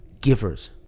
givers